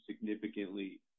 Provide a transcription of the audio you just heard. significantly